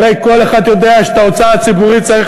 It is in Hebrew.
הרי כל אחד יודע שאת ההוצאה הציבורית צריך